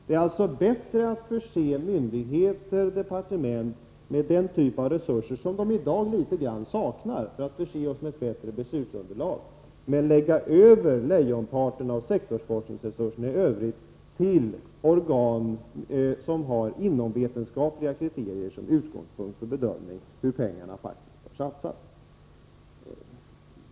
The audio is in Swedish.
Det är bättre att förse myndigheter och departement med direkta resurser som de i dag i viss utsträckning saknar för att förse oss med bättre beslutsunderlag men lägga över lejonparten av sektorsforskningsresurserna i Övrigt till organ som har inomvetenskapliga kriterier som utgångspunkt för bedömningen av hur pengarna faktiskt används.